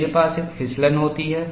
मेरे पास यह फिसलन होती है